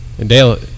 Dale